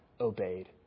obeyed